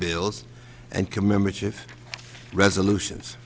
bills and commemorative resolutions